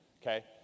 okay